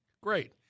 Great